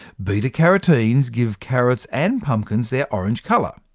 beta-carotenes give carrots and pumpkins their orange colour.